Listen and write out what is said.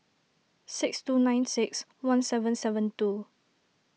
six two nine six one seven seven two